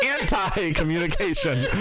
anti-communication